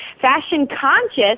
fashion-conscious